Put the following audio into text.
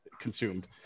consumed